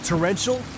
Torrential